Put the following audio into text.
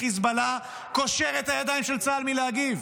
חיזבאללה קושר את הידיים של צה"ל מלהגיב.